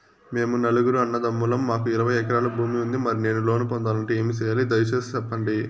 మేము నలుగురు అన్నదమ్ములం మాకు ఇరవై ఎకరాల భూమి ఉంది, మరి నేను లోను పొందాలంటే ఏమి సెయ్యాలి? దయసేసి సెప్పండి?